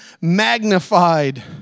magnified